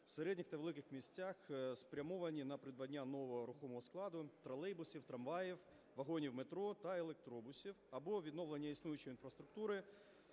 в середніх та великих містах, спрямовані на придбання нового рухомого складу: тролейбусів, трамваїв, вагонів метро та електробусів, або відновлення існуючої інфраструктури